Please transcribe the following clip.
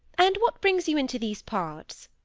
and what brings you into these parts